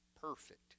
perfect